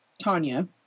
Tanya